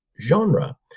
genre